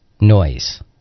noise